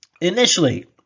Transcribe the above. Initially